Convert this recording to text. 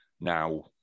Now